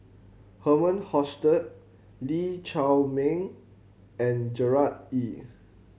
Herman Hochstadt Lee Chiaw Meng and Gerard Ee